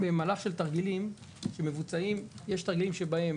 במהלך של תרגילים שמבוצעים יש תרגילים שבהם